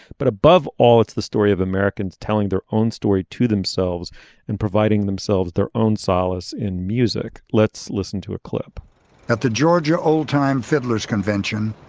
but above all it's the story of americans telling their own story to themselves and providing themselves their own solace in music let's listen to a clip at the georgia old time fiddlers convention.